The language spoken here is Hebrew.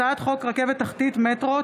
הצעת חוק רכבת תחתית (מטרו)